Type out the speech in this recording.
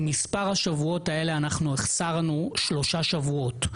ממספר השבועות האלה החסרנו שלושה שבועות: